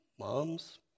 Moms